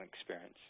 experience